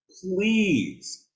please